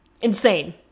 Insane